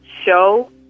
show